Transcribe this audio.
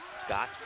Scott